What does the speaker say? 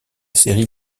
série